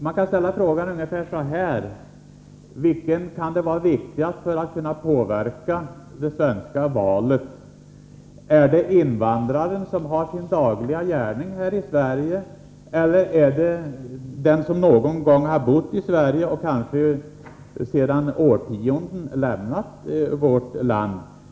Man kan ställa frågan ungefär så här: För vem är det viktigast att påverka det svenska valet — invandraren, som har sin dagliga gärning här i Sverige, eller den som någon gång har varit bosatt i Sverige och kanske sedan årtionden lämnat vårt land?